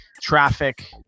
traffic